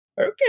okay